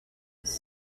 was